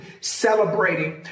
celebrating